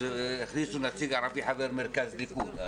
אז הכניסו נציג ערבי חבר מרכז ליכוד.